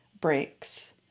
breaks